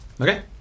Okay